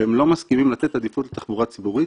והם לא מסכימים לתת עדיפות לתחבורה ציבורית.